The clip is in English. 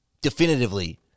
definitively